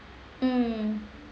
mmhmm